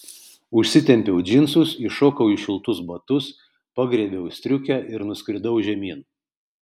užsitempiau džinsus įšokau į šiltus batus pagriebiau striukę ir nuskridau žemyn